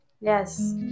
Yes